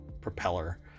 propeller